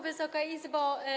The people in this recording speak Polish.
Wysoka Izbo!